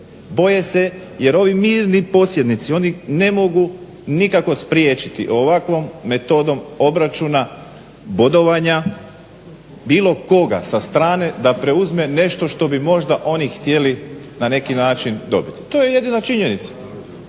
Boje se jer ovi mirni posjednici oni ne mogu nikako spriječiti ovakvom metodom obračuna bodovanja bilo koga sa strane da preuzme nešto što bi možda oni htjeli na neki način dobiti. To je jedina činjenica.